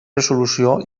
resolució